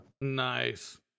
Nice